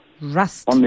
Rust